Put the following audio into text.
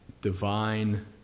divine